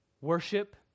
Worship